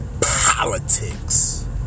politics